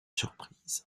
surprise